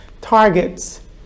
targets